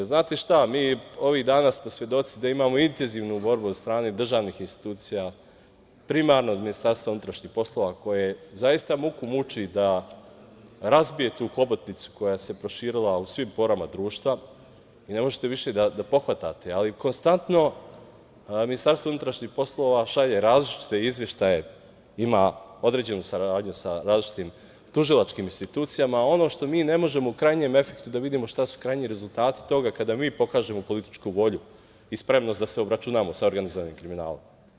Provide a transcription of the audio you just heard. Mi smo ovih dana svedoci da imamo intenzivnu borbu od strane državnih institucija, primarno od Ministarstva unutrašnjih poslova koje zaista muku muči da razbije tu hobotnicu koja se proširila u svim porama društva i ne možete više da pohvatate, ali konstantno MUP šalje različite izveštaje, ima određenu saradnju sa različitim tužilačkim institucijama, a ono što mi ne možemo u krajnjem efektu da vidimo šta su krajnji rezultati toga kada mi pokažemo političku volju i spremnost da se obračunamo sa organizovanim kriminalom.